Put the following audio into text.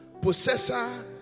possessor